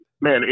man